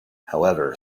however